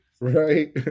Right